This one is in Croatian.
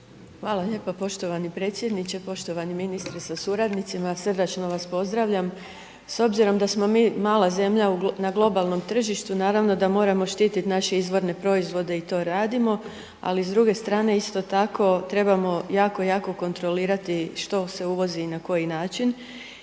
Hvala lijepa poštovani predsjedniče, poštovani ministre sa suradnicima, srdačno vas pozdravljam. S obzirom da smo mi mala zemlja na globalnom tržištu, naravno da moramo štititi naše izvorne proizvode i to radimo, ali s druge strane isto tako trebamo jako, jako kontrolirati što se uvozi i na koji način